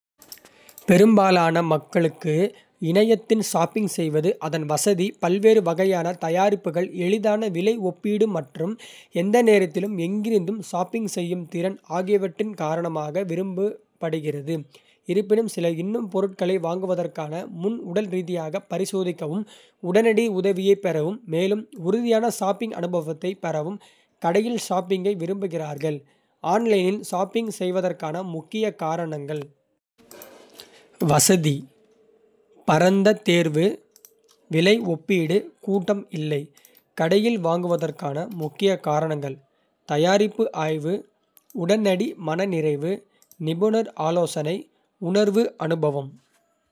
பெரும்பாலான மக்களுக்கு, இணையத்தில் ஷாப்பிங் செய்வது அதன் வசதி, பல்வேறு வகையான தயாரிப்புகள், எளிதான விலை ஒப்பீடு மற்றும் எந்த நேரத்திலும் எங்கிருந்தும் ஷாப்பிங் செய்யும் திறன் ஆகியவற்றின் காரணமாக விரும்பப்படுகிறது. இருப்பினும், சிலர் இன்னும் பொருட்களை வாங்குவதற்கு முன் உடல்ரீதியாக பரிசோதிக்கவும், உடனடி உதவியைப் பெறவும், மேலும் உறுதியான ஷாப்பிங் அனுபவத்தைப் பெறவும் கடையில் ஷாப்பிங்கை விரும்புகிறார்கள். ஆன்லைனில் ஷாப்பிங் செய்வதற்கான முக்கிய காரணங்கள். வசதி. பரந்த தேர்வு. விலை ஒப்பீடு. கூட்டம் இல்லை. கடையில் வாங்குவதற்கான முக்கிய காரணங்கள்: தயாரிப்பு ஆய்வு. உடனடி மனநிறைவு. நிபுணர் ஆலோசனை. உணர்வு அனுபவம்.